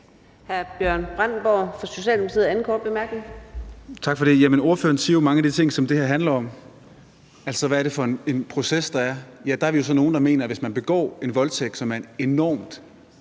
Bjørn Brandenborg (S): Tak for det. Jamen ordføreren siger jo mange af de ting, som det her handler om, altså hvad det er for en proces, der er. Og der er vi jo så nogle, der mener, at hvis man begår en voldtægt, som er en enormt